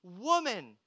woman